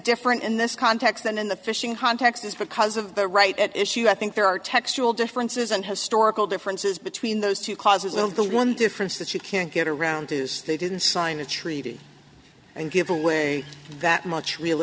different in this context than in the fishing context is because of the right at issue i think there are textual differences and historical differences between those two causes well the one difference that you can't get around is they didn't sign a treaty and give away that much real